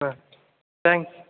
ஆ thanks